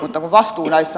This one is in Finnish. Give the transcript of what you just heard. ota vastuu näistä